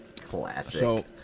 Classic